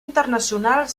internacional